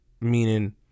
meaning